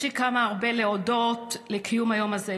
יש לי הרבה להודות על קיום היום הזה: